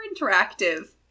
Interactive